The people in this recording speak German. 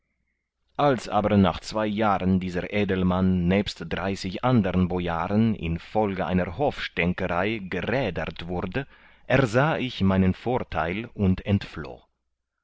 als aber nach zwei jahren dieser edelmann nebst dreißig andern bojaren in folge einer hofstänkerei gerädert wurde ersah ich meinen vortheil und entfloh